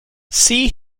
see